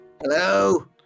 Hello